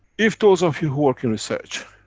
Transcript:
if those of you who work in research,